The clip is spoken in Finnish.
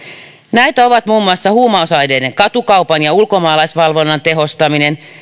näitä ovat muun muassa huumausaineiden katukaupan ja ulkomaalaisvalvonnan tehostaminen